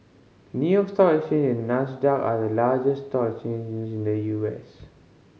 New York Stock Exchange and Nasdaq are the largest stock exchanges in the U S